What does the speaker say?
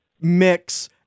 mix